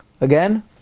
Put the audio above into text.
Again